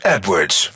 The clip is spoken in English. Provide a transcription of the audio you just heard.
Edwards